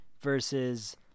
Versus